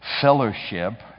fellowship